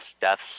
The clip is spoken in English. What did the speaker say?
deaths